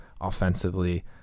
offensively